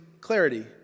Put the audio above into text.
clarity